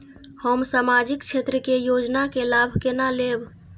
हम सामाजिक क्षेत्र के योजना के लाभ केना लेब?